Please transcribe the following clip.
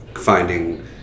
Finding